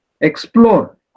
explore